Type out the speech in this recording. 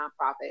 nonprofit